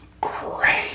great